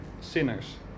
sinners